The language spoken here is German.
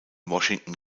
washington